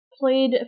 played